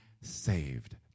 saved